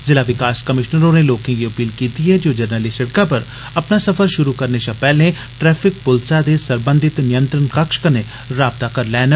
जिला विकास कमिशनर होरें लोकें गी अपील कीती ऐ जे ओह् जरनैली सिड़कै पर अपना सफर शुरु करने शा पैहले ट्रैफिक प्लसा दे सरबधात नियावण कक्ष कन्नै राबता करी लैन